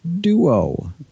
Duo